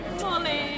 Molly